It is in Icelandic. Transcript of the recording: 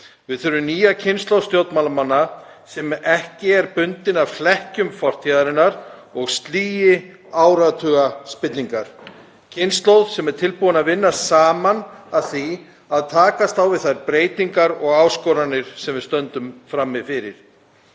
Við þurfum nýja kynslóð stjórnmálamanna sem ekki er bundin af hlekkjum fortíðarinnar og sligi áratuga spillingar, kynslóð sem er tilbúin að vinna saman að því að takast á við þær breytingar og áskoranir sem við stöndum frammi fyrir.